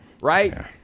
right